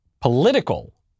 political